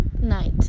night